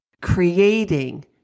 creating